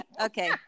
Okay